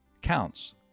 counts